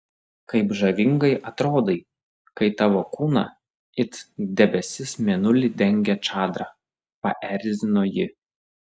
kaip žavingai atrodai kai tavo kūną it debesis mėnulį dengia čadra paerzino ji